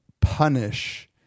punish